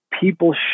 people